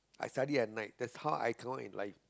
I study at night that's how I join in like